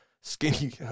skinny